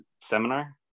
seminar